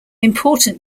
important